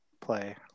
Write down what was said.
play